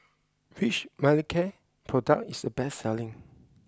which Manicare product is the best selling